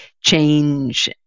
change